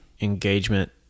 engagement